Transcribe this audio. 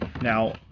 Now